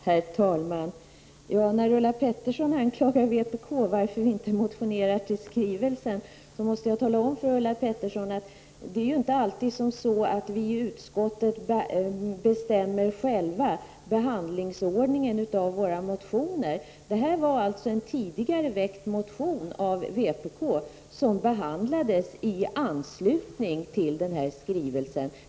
Herr talman! Ulla Pettersson undrade varför vpk inte motionerade i anslutning till skrivelsen. Låt mig tala om för Ulla Pettersson att vi i utskottet inte alltid själva bestämmer behandlingsordningen för våra motioner. Det gällde en tidigare väckt vpk-motion, som behandlades i anslutning till skrivelsen.